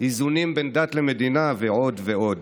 איזונים בין דת למדינה ועוד ועוד.